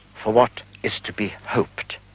for what is to be hoped.